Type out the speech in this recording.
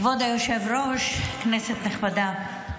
כבוד היושב-ראש, כנסת נכבדה,